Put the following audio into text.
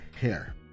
hair